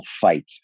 fight